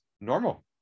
normal